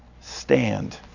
stand